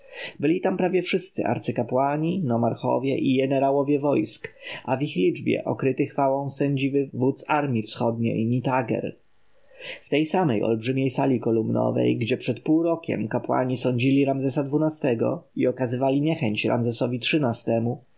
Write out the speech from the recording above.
byli tam prawie wszyscy arcykapłani nomarchowie i jenerałowie wojsk a w ich liczbie okryty chwałą sędziwy wódz armji wschodniej nitager w tej samej olbrzymiej sali kolumnowej gdzie przed pół rokiem kapłani sądzili ramzesa xii-go i okazywali niechęć ramzesowi